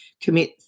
commit